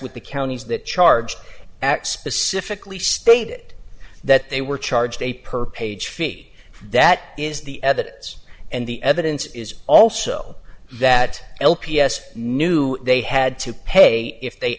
with the counties that charge at specifically stated that they were charged a per page fee that is the evidence and the evidence is also that l p s knew they had to pay if they